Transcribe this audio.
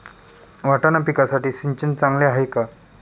वाटाणा पिकासाठी सिंचन चांगले आहे का?